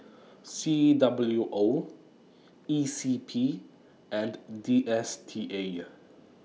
C W O E C P and D S T A